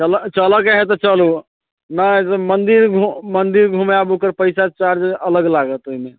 चलऽ चलके हय तऽ चलू नहि मंदिर मंदिर घूमायब ओकर पैसा चार्ज अलग लागत ओहिमे